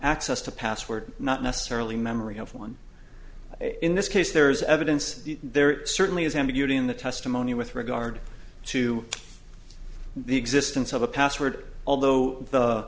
access to password not necessarily memory of one in this case there is evidence there certainly is ambiguity in the testimony with regard to the existence of a password although the